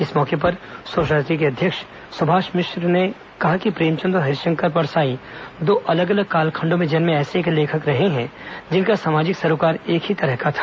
इस मौके पर सोसायटी के अध्यक्ष सुभाष मिश्र ने कहा कि प्रेमचंद और हरिशंकर परसाई दो अलग अलग कालखंडो में जन्मे ऐसे लेखक रहे हैं जिनका सामाजिक सरोकार एक ही तरह का था